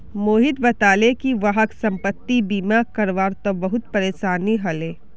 मोहित बताले कि वहाक संपति बीमा करवा त बहुत परेशानी ह ले